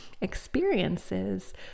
experiences